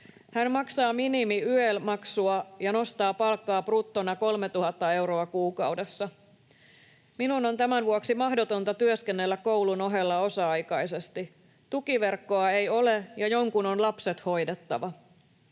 Hän maksaa minimi-YEL-maksua ja nostaa palkkaa bruttona 3 000 euroa kuukaudessa. Minun on tämän vuoksi mahdotonta työskennellä koulun ohella osa-aikaisesti. Tukiverkkoa ei ole, ja jonkun on lapset hoidettava.